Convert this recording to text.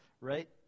right